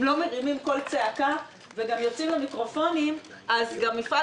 אם לא מרימים קול צעקה וגם יוצאים למיקרופונים אז מפעל